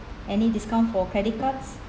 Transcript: any discount for credit cards